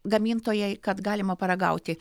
gamintojai kad galima paragauti